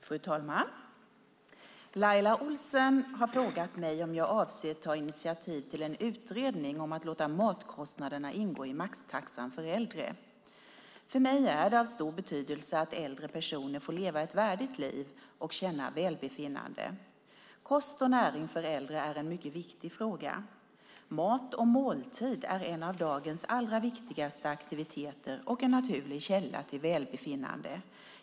Fru talman! Laila Olsen har frågat mig om jag avser att ta initiativ till en utredning om att låta matkostnaderna ingå i maxtaxan för äldre. För mig är det av stor betydelse att äldre personer får leva ett värdigt liv och känna välbefinnande. Kost och näring för äldre är en mycket viktig fråga. Mat och måltid är en av dagens allra viktigaste aktiviteter och en naturlig källa till välbefinnande.